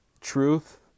truth